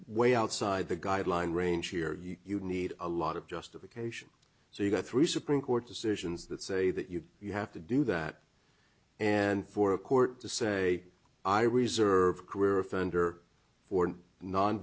way outside the guideline range here you need a lot of justification so you've got three supreme court decisions that say that you you have to do that and for a court to say i reserve career offender for non